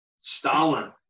Stalin